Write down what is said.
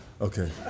Okay